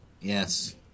Yes